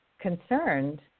concerned